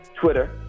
Twitter